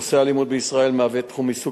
נושא האלימות בישראל מהווה תחום עיסוק